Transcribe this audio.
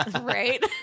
Right